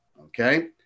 okay